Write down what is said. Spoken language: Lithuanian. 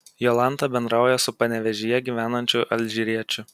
jolanta bendrauja su panevėžyje gyvenančiu alžyriečiu